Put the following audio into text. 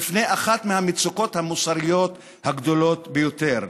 בפני אחת מהמצוקות המוסריות הגדולות ביותר.